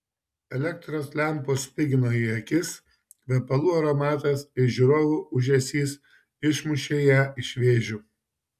elektros lempos spigino į akis kvepalų aromatas ir žiūrovų ūžesys išmušė ją iš vėžių